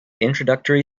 introductory